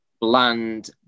bland